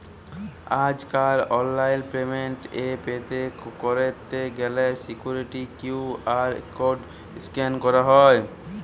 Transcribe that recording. আজ কাল online payment এ পে ক্যরত গ্যালে সিকুইরিটি কিউ.আর কড স্ক্যান ক্যরা হ্য়